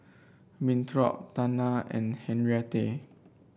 Winthrop Tana and Henriette